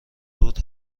رود